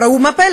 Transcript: ראו זה פלא,